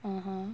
(uh huh)